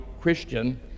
Christian